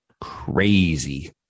crazy